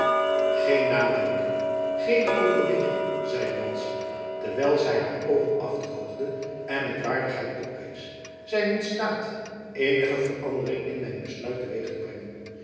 geen nadenken geene overweging zeide madzy terwijl zij haar oogen afdroogde en met waardigheid oprees zijn in staat eenige verandering in mijn besluit teweeg te brengen